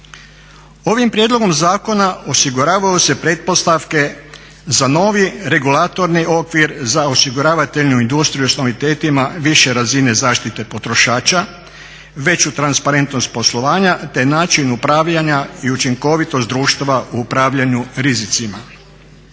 Ovim prijedlogom zakona osiguravaju se pretpostavke za novi regulatorni okvir za osiguravateljnu industriju s novitetima više razine zaštite potrošača, veću transparentnost poslovanja, te način upravljanja i učinkovitost društva u upravljanju rizicima.